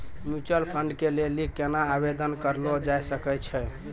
Mutual fund के लेली केना आवेदन करलो जाय सकै छै?